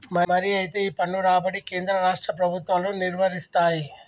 మరి అయితే ఈ పన్ను రాబడి కేంద్ర రాష్ట్ర ప్రభుత్వాలు నిర్వరిస్తాయి